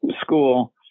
school